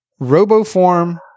Roboform